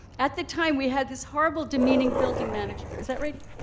at the time, we had this horrible, demeaning building manager is that right?